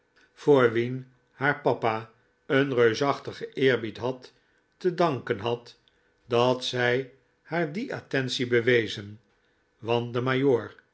haar papa een reusachtigen eerbied had te danken had dat zij haar die attentie bewezen want de